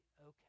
okay